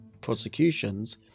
prosecutions